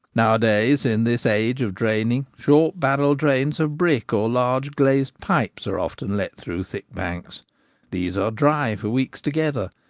nowadays, in this age of draining, short barrel drains of brick or large glazed pipes are often let through thick banks these are dry for weeks to gether,